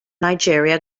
nigeria